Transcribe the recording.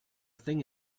thing